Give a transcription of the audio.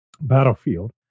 Battlefield